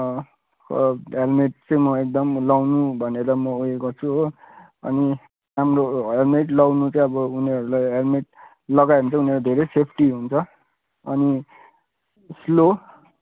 helmet चाहिँ म एकदम लाउनु भनेर म उयो गर्छु हो अनि राम्रो हेलमेट लाउनु चाहिँ अब उनीहरूलाई हेलमेट लगायो भने चाहिँ उनीहरू धेरै सेफ्टी हुन्छ अनि स्लो